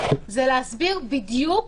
זה להסביר בדיוק